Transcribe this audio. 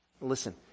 Listen